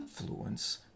influence